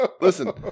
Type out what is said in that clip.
Listen